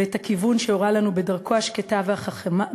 ואת הכיוון שהורה לנו בדרכו השקטה והחכמה,